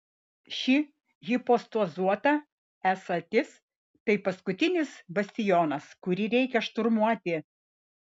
ši hipostazuota esatis tai paskutinis bastionas kurį reikia šturmuoti